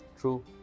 true